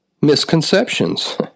misconceptions